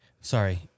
sorry